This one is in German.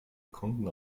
kunden